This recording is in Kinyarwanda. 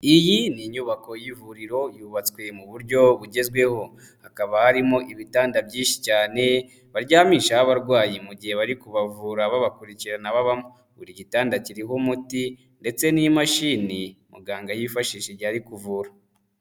Iyi ni inyubako y'ivuriro yubatswe mu buryo bugezweho, hakaba harimo ibitanda byinshi cyane baryamishaho abarwayi mu gihe bari kubavura babakurikirana babamo, buri gitanda kiriho umuti ndetse n'imashini muganga yifashishije igihe ari kuvura.